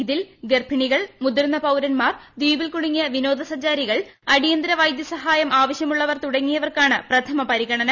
ഇതിൽ ഗർഭിണികൾ മുതിർന്ന പൌരന്മാർ ദ്വീപ്പിൽ കുടുങ്ങിയ വിനോദസഞ്ചാരികൾ അടിയന്തര വൈദ്യസഹായ്ര ആവശ്യമുള്ളവർ തുടങ്ങിയവർക്കാണ് പ്രഥമ പരിഗണന